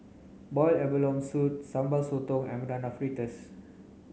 boiled abalone soup sambal sotong and banana fritters